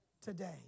today